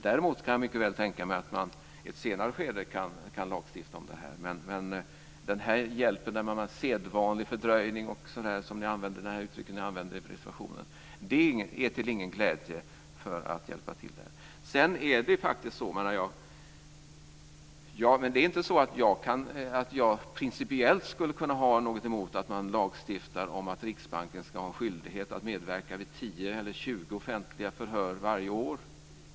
Däremot kan jag mycket väl tänka mig att man i ett senare skede kan lagstifta om det här. Men det här med "sedvanlig fördröjning" och andra uttryck som ni använder i reservationen är inte till någon glädje när det gäller att hjälpa till i det här. Sedan är det inte så att jag principiellt skulle ha något emot att man lagstiftar om att Riksbanken ska ha en skyldighet att medverka vid tio eller tjugo offentliga förhör varje år.